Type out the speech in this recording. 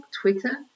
Twitter